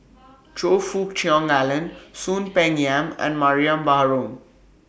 Choe Fook Cheong Alan Soon Peng Yam and Mariam Baharom